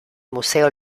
museo